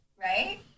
Right